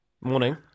morning